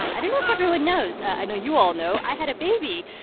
and i don't know if everyone knows. i know you all know i had a baby,